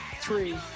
three